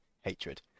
hatred